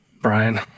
brian